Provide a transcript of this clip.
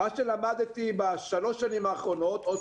מה שלמדתי בשלוש השנים האחרונות שוב,